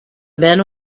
men